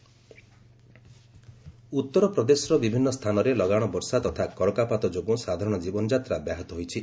UP ରେନ୍ ଉତ୍ତର ପ୍ରଦେଶର ବିଭିନ୍ନ ସ୍ଥାନରେ ଲଗାଣ ବର୍ଷା ତଥା କରକାପାତ ଯୋଗୁଁ ସାଧାରଣ କ୍ରୀବନଯାତ୍ରା ବ୍ୟାହତ ହୋଇଛି